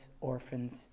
orphans